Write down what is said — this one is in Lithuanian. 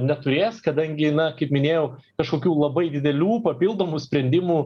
neturės kadangi na kaip minėjau kažkokių labai didelių papildomų sprendimų